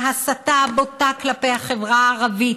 ההסתה הבוטה כלפי החברה הערבית,